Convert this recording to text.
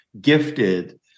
gifted